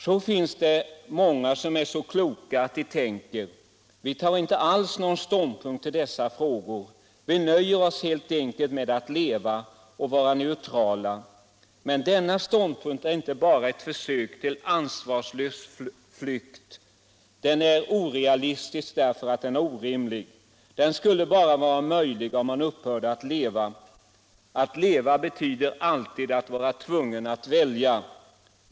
Så finns det några som är så kloka att de tänker: Vi tar inte alls någon ståndpunkt till dessa frågor. Vi nöjer oss helt enkelt med att leva, att vara neutrala. Men denna ståndpunkt är inte bara ett försök till ansvarslös flykt — den är också orealistisk, därför att den är orimlig. Den skulle bara vara möjlig om man upphörde att leva. Att leva betyder alltid att vara tvungen att välja.